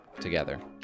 together